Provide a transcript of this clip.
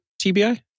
TBI